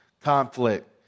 conflict